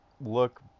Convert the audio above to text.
look